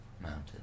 Mountain